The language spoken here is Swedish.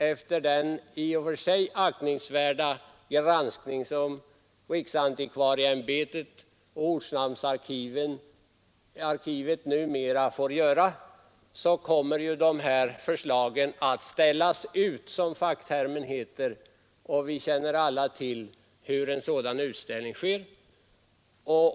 Efter den granskning, som riksantikvarieämbetet och ortnamnsarkiven numera får göra, kommer de här förslagen att ställas ut, som facktermen lyder. Vi känner alla till hur en sådan utställning sker.